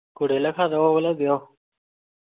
କୋଡ଼ିଏ ଲେଖା ଦବ ବୋଲେ ଦିଅ